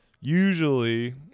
usually